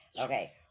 Okay